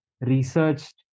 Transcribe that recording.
researched